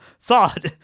thought